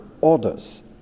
orders